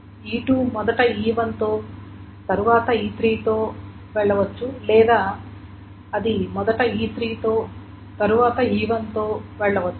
E2 మొదట E1 తో తరువాత E3 తో వెళ్ళవచ్చు లేదా అది మొదట E3 తో తరువాత E1 తో వెళ్ళవచ్చు